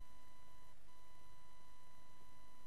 אפשר